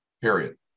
Period